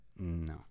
No